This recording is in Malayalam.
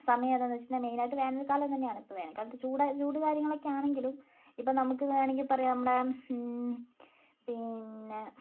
സമയം ഏതെന്ന് ചോദിച്ചട്ടുണ്ടെങ്കിൽ മെയിൻ ആയിട്ട് വേനൽക്കാലം തന്നെയാണ് വേനൽക്കാലത്ത് ചൂട് ചൂട് കാര്യങ്ങളൊക്കെ ആണെങ്കിലും ഇപ്പം നമുക്ക് വേണമെങ്കിൽ പറയാം നമ്മുടെ പിന്നെ